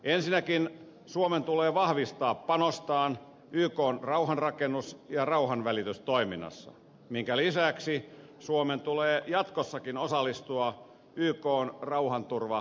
ensinnäkin suomen tulee vahvistaa panostaan ykn rauhanrakennus ja rauhanvälitystoiminnassa minkä lisäksi suomen tulee jatkossakin osallistua ykn rauhanturvaoperaatioihin